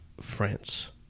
France